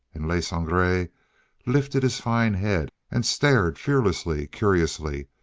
and le sangre lifted his fine head and stared fearlessly, curiously,